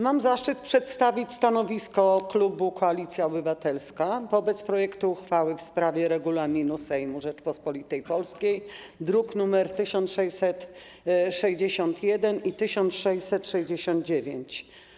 Mam zaszczyt przedstawić stanowisko klubu Koalicja Obywatelska wobec projektu uchwały w sprawie zmiany Regulaminu Sejmu Rzeczypospolitej Polskiej, druki nr 1661 i 1669.